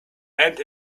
end